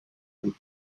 and